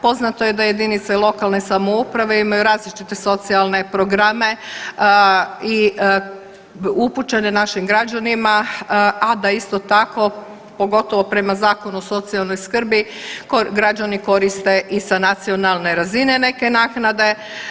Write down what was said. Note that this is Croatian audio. Poznato je da jedinice lokalne samouprave imaju različite socijalne programe i upućene našim građanima, a da isto tako pogotovo prema Zakonu o socijalnoj skrbi građani koriste i sa nacionalne razine neke naknade.